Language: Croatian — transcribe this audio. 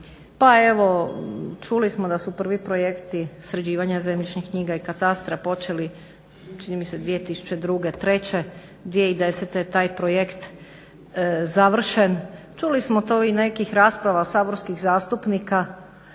pa evo čuli smo da su prvi projekti sređivanja zemljišnih knjiga i katastra počeli čini mi se 2002., treće. 2010. je taj projekt završen. Čuli smo to i nekih rasprava saborskih zastupnika